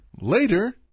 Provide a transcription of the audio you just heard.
Later